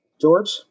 George